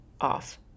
off